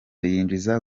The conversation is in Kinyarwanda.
yinjiza